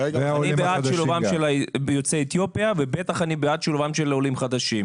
של יוצאי אתיופיה ובטח בעד שילוב עולים חדשים.